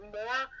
more